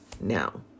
now